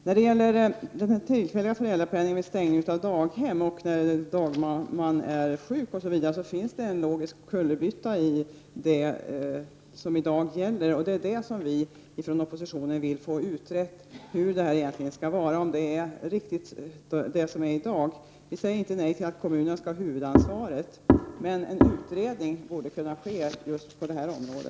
När det gäller den tillfälliga föräldrapenning som utgår vid stängning av daghem och när dagmamman är sjuk finns det en logisk kullerbytta i det som gäller i dag. Vi från oppositionen vill få utrett hur det här egentligen skall vara och huruvida det som gäller i dag är riktigt. Vi säger inte nej till att kommunerna skall ha huvudansvaret, men en utredning borde kunna ske just på detta område.